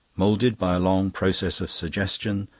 moulded by a long process of suggestion,